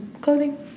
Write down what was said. clothing